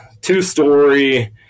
two-story